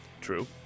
True